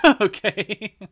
Okay